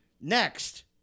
Next